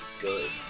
good